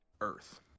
Earth